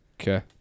Okay